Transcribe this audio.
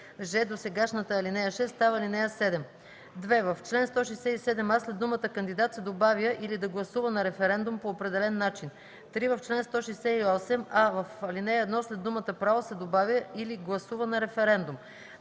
ж) досегашната ал. 6 става ал. 7. 2. В чл. 167а след думата „кандидат” се добавя „или да гласува на референдум по определен начин”. 3. В чл. 168: а) в ал. 1 след думата „право” се добавя „или гласува на референдум”;